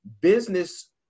business